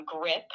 grip